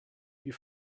you